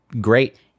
great